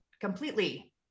completely